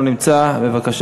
ואחריו,